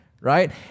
Right